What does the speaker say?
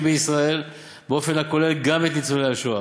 בישראל באופן הכולל גם את ניצולי השואה.